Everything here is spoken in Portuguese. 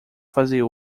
fazer